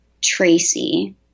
Tracy